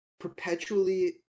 perpetually